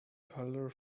colour